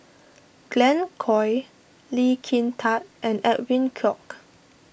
Glen Goei Lee Kin Tat and Edwin Koek